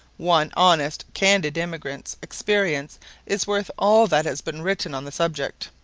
one honest, candid emigrant's experience is worth all that has been written on the subject.